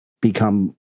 become